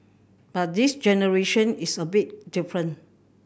but this generation it's a bit different